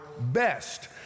best